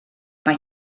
mae